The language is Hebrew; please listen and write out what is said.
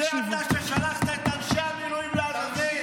זה אתה ששלחת את אנשי המילואים לעזאזל.